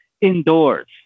indoors